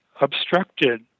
obstructed